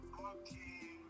Okay